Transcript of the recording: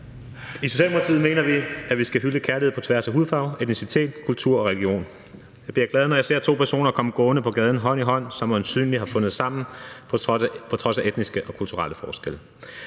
I Socialdemokratiet mener vi, at vi skal hylde kærlighed på tværs af hudfarve, etnicitet, kultur og religion. Jeg bliver glad, når jeg ser to personer komme gående på gaden hånd i hånd, som øjensynligt har fundet sammen på trods af etniske og kulturelle forskelle.